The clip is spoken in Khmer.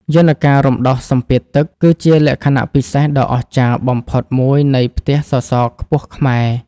យន្តការរំដោះសម្ពាធទឹក គឺជាលក្ខណៈពិសេសដ៏អស្ចារ្យបំផុតមួយនៃផ្ទះសសរខ្ពស់ខ្មែរ។